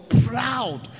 proud